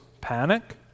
panic